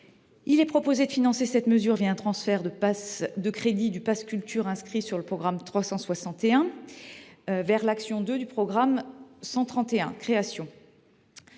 Il est proposé de financer cette mesure un transfert de crédits du pass Culture, inscrit sur le programme 361, vers l’action n° 02 « Soutien à la création,